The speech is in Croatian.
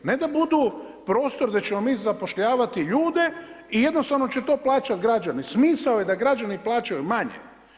Ne da budu prostor da ćemo mi zapošljavati ljude i jednostavno će to plaćati građani, smisao je da građani plaćaju manje.